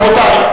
רבותי,